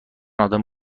آدم